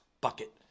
bucket